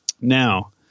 Now